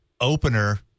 Opener